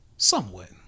Somewhat